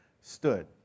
stood